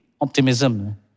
optimism